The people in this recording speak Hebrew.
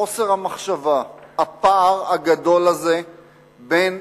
חוסר המחשבה, הפער הגדול הזה בין